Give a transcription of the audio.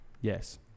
Yes